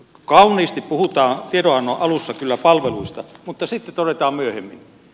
kauniisti puhutaan tiedonannon alussa kyllä palveluista mutta sitten todetaan myöhemmin